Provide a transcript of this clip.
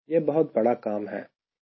यह बहुत बड़ा काम है